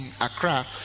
Accra